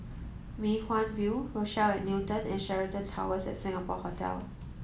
Mei Hwan View Rochelle at Newton and Sheraton Towers Singapore Hotel